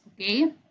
okay